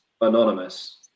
anonymous